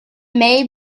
may